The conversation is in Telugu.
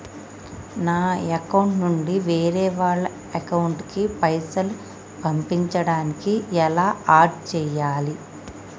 నా అకౌంట్ నుంచి వేరే వాళ్ల అకౌంట్ కి పైసలు పంపించడానికి ఎలా ఆడ్ చేయాలి?